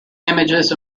images